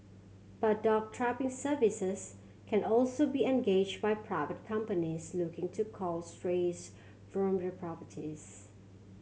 but dog trapping services can also be engaged by private companies looking to cull strays from their properties